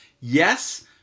Yes